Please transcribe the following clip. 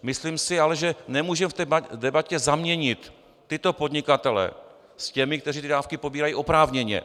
Myslím si ale, že nemůžeme v debatě zaměnit tyto podnikatele s těmi, kteří ty dávky pobírají oprávněně.